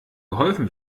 geholfen